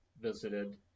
visited